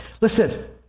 Listen